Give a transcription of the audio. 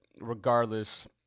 regardless